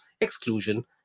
exclusion